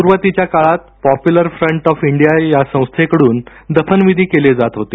सुरुवातीच्या काळात Popular Front of India या संस्थेकड्रन दफनविधी केले जात होते